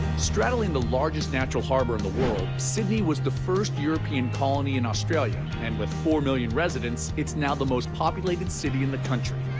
straddling the largest natural harbor in the world, sydney was the first european colony in australia, and with four million residents, it's now the most populated city in the country.